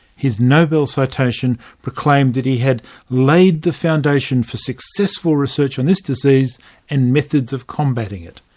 his nobel citation proclaimed that he had laid the foundation for successful research on this disease and methods of combating it.